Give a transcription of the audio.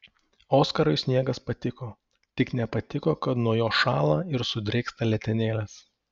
oskarui sniegas patiko tik nepatiko kad nuo jo šąla ir sudrėksta letenėlės